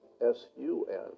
S-U-N